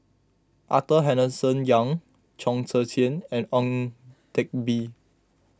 Arthur Henderson Young Chong Tze Chien and Ang Teck Bee